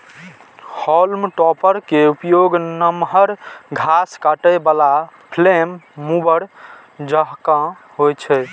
हाल्म topper के उपयोग नमहर घास काटै बला फ्लेम मूवर जकां होइ छै